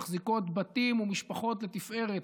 מחזיקות בתים ומשפחות לתפארת,